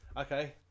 Okay